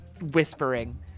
whispering